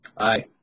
Aye